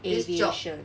this job